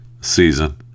season